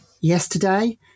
yesterday